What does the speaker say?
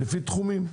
לפי תחומים.